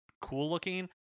cool-looking